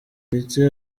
ndetse